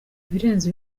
ibirenze